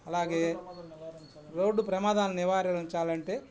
అలాగే రోడ్డు ప్రమాదాల్ని నివారించాలంటే